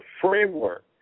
framework